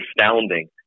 astounding